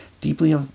deeply